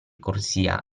corsia